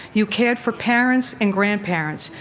you cared for parents and grandparents,